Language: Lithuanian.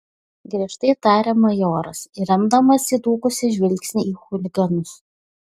griežtai tarė majoras įremdamas įdūkusį žvilgsnį į chuliganus